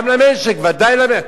גם למשק, ודאי למשק.